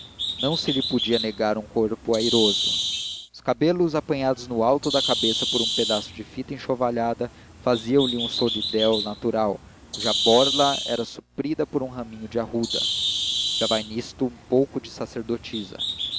não se lhe podia negar um corpo airoso os cabelos apanhados no alto da cabeça por um pedaço de fita enxovalhada faziam-lhe um solidéu natural cuja borla era suprida por um raminho de arruda já vai nisto um pouco de sacerdotisa